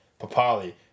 Papali